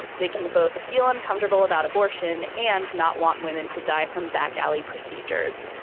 they can both feel uncomfortable about abortion and not want women to die from back alley procedures.